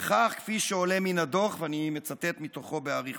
וכך, כפי שעולה מן הדוח, ואני מצטט מתוכו באריכות: